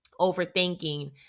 overthinking